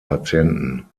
patienten